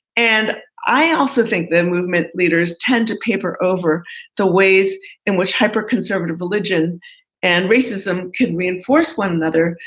and i also think that movement leaders tend to paper over the ways in which hyper conservative religion and racism can reinforce one another.